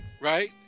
Right